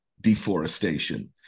deforestation